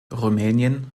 rumänien